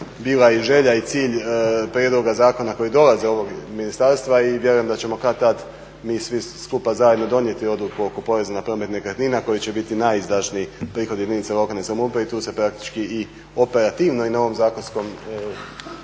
bila i želja i cilj prijedloga zakona koji dolaze od ovog ministarstva i vjerujem da ćemo kad-tad mi svi skupa zajedno donijeti odluku oko poreza na promet nekretnina koji će biti najizdašniji prihod jedinica lokalne samouprave i tu se praktički operativno i na ovom zakonskom